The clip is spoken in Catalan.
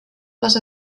les